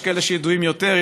יש כאלה שידועים יותר,